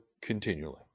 continually